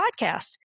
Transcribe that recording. podcast